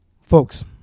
Folks